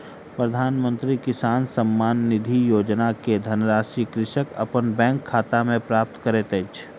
प्रधानमंत्री किसान सम्मान निधि योजना के धनराशि कृषक अपन बैंक खाता में प्राप्त करैत अछि